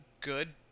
good